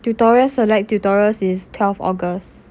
tutorial select tutorials is twelve august